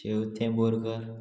शेवतें Borkar